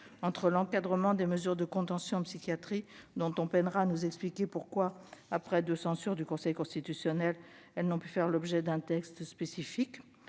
Entre l'encadrement des mesures de contention en psychiatrie, dont on peinera à nous expliquer pourquoi, après deux censures du Conseil constitutionnel, elles n'ont pu faire l'objet d'un texte spécifique,